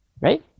right